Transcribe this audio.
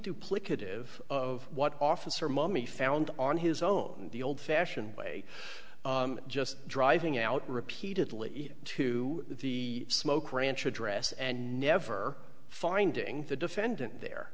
duplicative of what officer mummy found on his own the old fashioned way just driving out repeatedly to the smoke ranch address and never finding the defendant there